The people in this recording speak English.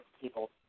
people